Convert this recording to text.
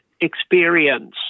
experience